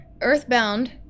earthbound